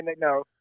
no